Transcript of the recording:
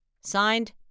Signed